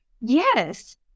Yes